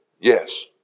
Yes